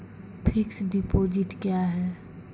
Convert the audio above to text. Fixed deposit क्या हैं?